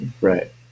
Right